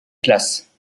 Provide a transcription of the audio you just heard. classe